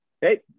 Hey